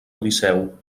odisseu